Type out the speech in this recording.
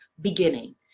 beginning